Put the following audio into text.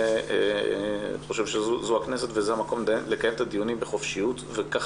זה הכנסת וזה המקום לקיים את הדיונים בחופשיות וכך